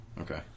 Okay